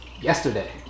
yesterday